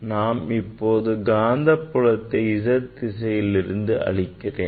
நான் இப்போது காந்தப்புலத்தை z திசையில் இருந்து அளிக்கிறேன்